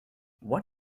what